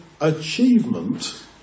achievement